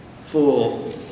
full